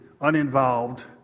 uninvolved